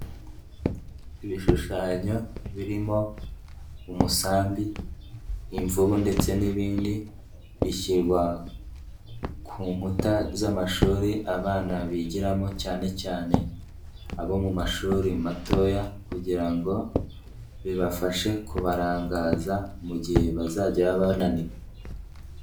Ibishushanyo birimo umusambi, imvubu, ndetse n'ibindi, bishyirwa ku nkuta z'amashuri abana bigiramo cyane cyane abo mu mashuri matoya, kugira ngo bibafashe kubarangaza mu gihe bazajya baba bananiwe.